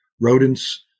rodents